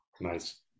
Nice